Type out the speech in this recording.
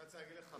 אני רוצה להגיד לך,